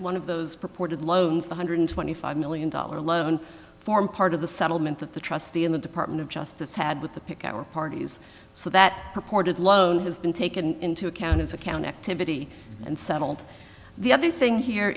one of those purported loans the hundred twenty five million dollar loan form part of the settlement that the trustee in the department of justice had with the picower parties so that purported low has been taken into account as account activity and settled the other thing here